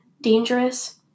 dangerous